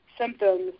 symptoms